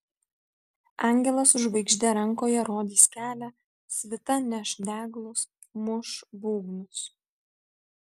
angelas su žvaigžde rankoje rodys kelią svita neš deglus muš būgnus